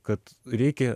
kad reikia